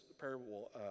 parable